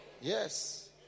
Yes